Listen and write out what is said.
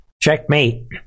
checkmate